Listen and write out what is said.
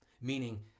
Meaning